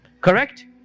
Correct